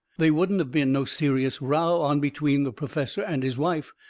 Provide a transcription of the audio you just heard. they wouldn't of been no serious row on between the perfessor and his wife,